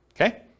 okay